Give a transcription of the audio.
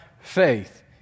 faith